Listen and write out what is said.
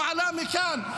הוא עלה מכאן.